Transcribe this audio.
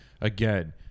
again